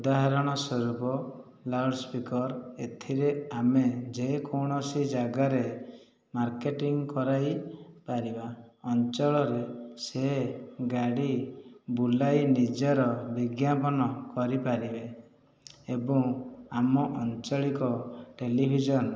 ଉଦାହରଣ ସ୍ୱରୂପ ଲାଉଡସ୍ପିକର ଏଥିରେ ଆମେ ଯେକୌଣସି ଜାଗାରେ ମାର୍କେଟିଂ କରାଇ ପାରିବା ଅଞ୍ଚଳରୁ ସେ ଗାଡ଼ି ବୁଲାଇ ନିଜର ବିଜ୍ଞାପନ କରିପାରିବେ ଏବଂ ଆମ ଆଞ୍ଚଳିକ ଟେଲିଭିଜନ